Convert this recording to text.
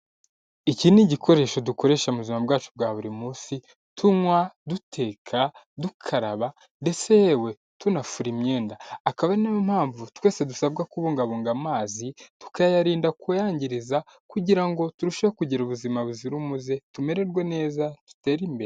Iki ni igikoresho dukoresha mu buzima bwacu bwa buri munsi, tunywa, duteka, dukaraba ndetse yewe tunafura imyenda, akaba ari nayo mpamvu twese dusabwa kubungabunga amazi, tukayarinda kuyangiza, kugira ngo turusheho kugira ubuzima buzira umuze, tumererwe neza, dutere imbere.